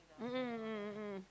mmhmm mmhmm mmhmm